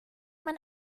man